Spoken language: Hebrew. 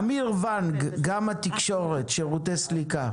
אמיר ונג, שירותי סליקה.